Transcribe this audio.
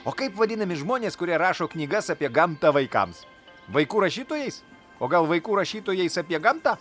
o kaip vadinami žmonės kurie rašo knygas apie gamtą vaikams vaikų rašytojais o gal vaikų rašytojais apie gamtą